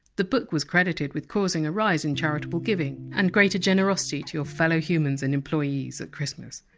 the book was credited with causing a rise in charitable giving and greater generosity to your fellow humans and employees at christmas.